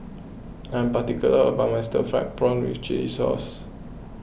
I am particular about my Stir Fried Prawn with Chili Sauce